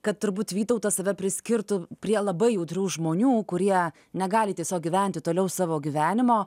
kad turbūt vytautas save priskirtų prie labai jautrių žmonių kurie negali tiesiog gyventi toliau savo gyvenimo